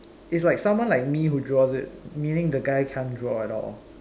it's like someone like me who draws it meaning the guy can't draw at all